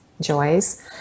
joys